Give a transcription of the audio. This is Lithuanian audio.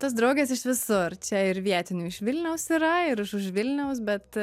tos draugės iš visur čia ir vietinių iš vilniaus yra ir iš už vilniaus bet